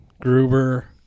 Gruber